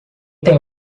tem